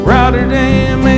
Rotterdam